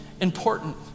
important